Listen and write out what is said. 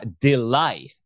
delay